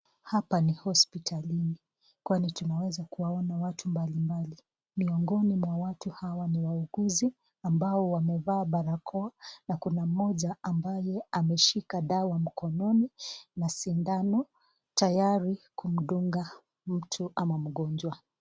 Hapa ni hosiptalini kwani tunaweza kuwaona watu mbalimbali, miongoni mwa watu hawa ni wauguzi ambao wamevaa barakoa na kuna mmoja ambaye ameshika dawa mkononi na sindano tayari kumdunga mtu ama mgonjwa.